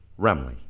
Remley